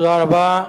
תודה רבה.